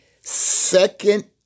second